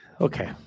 Okay